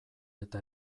eta